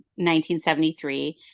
1973